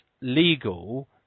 legal